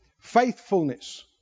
faithfulness